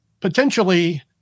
potentially